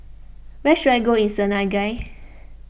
where should I go in Senegal